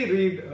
Read